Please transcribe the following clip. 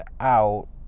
out